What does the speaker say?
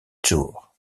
tour